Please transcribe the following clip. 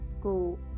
Go